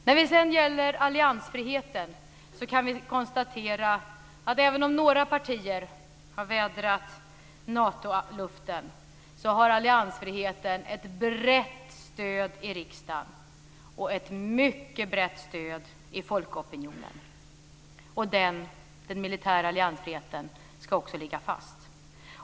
När det sedan gäller alliansfriheten kan vi konstatera att även om några partier har vädrat Natoluft har alliansfriheten ett brett stöd i riksdagen och ett mycket brett stöd i folkopinionen. Den militära alliansfriheten ska också ligga fast.